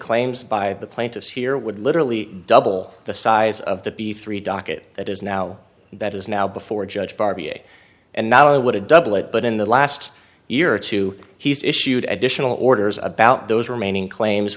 claims by the plaintiffs here would literally double the size of the b three docket that is now that is now before judge barbie and not only would it double it but in the last year or two he's issued additional orders about those remaining claims